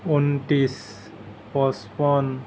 ঊনত্ৰিছ পঁচপন্ন